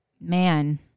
man